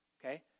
okay